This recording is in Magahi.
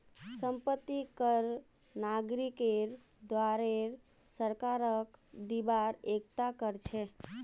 संपत्ति कर नागरिकेर द्वारे सरकारक दिबार एकता कर छिके